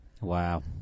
Wow